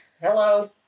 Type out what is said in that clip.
Hello